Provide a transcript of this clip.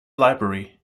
library